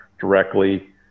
directly